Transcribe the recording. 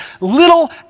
little